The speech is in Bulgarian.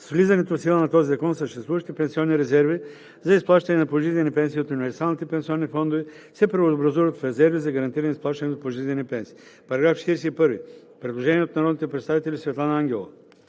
С влизането в сила на този закон съществуващите пенсионни резерви за изплащане на пожизнени пенсии от универсалните пенсионни фондове се преобразуват в резерви за гарантиране изплащането на пожизнени пенсии.“ По § 41 има предложение от Светлана Ангелова